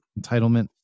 Entitlement